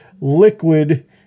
liquid